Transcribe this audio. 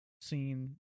seen